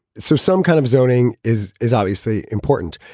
so some kind of zoning is is obviously important.